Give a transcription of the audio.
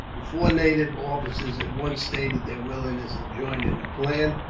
the four native officers at once stated their willingness to join in the plan.